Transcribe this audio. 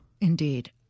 Indeed